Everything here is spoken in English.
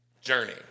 journey